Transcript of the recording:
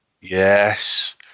Yes